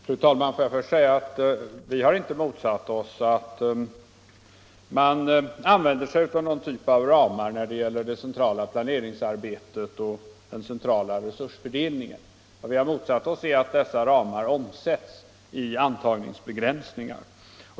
Fru talman! Vi har inte motsatt oss att man använder någon typ av ramar när det gäller det centrala planeringsarbetet och den centrala resursfördelningen. Vad vi har motsatt oss är att dessa ramar omsätts i intagningsbegränsningar.